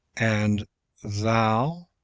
and thou,